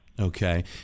Okay